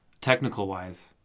technical-wise